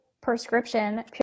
prescription